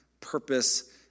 purpose